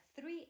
three